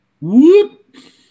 Whoop